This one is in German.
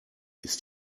ist